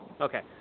Okay